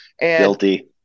Guilty